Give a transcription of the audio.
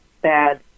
bad